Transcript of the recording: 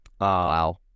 wow